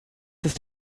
ist